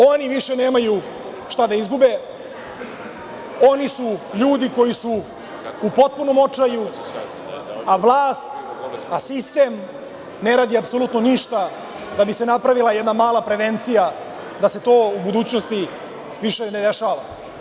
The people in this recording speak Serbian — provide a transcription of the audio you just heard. Oni više nemaju šta da izgube, oni su ljudi koji su u potpunom očaju, a vlast, a sistem ne radi apsolutno ništa da bi se napravila jedna mala prevencija da se to u budućnosti više ne dešava.